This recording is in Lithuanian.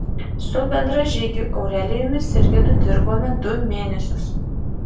su bendražygiu aurelijumi sirgedu dirbome du mėnesius